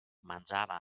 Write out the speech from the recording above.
mangiava